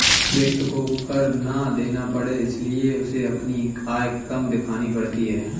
व्यक्ति को कर ना देना पड़े इसलिए उसे अपनी आय कम दिखानी पड़ती है